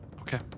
Okay